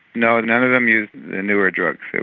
no, none of them used the newer drugs,